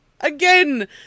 again